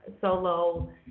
Solo